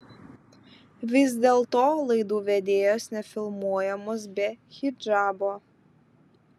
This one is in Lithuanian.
vis dėlto laidų vedėjos nefilmuojamos be hidžabo